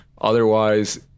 Otherwise